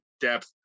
depth